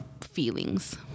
feelings